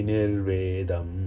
Nirvedam